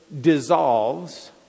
dissolves